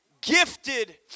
gifted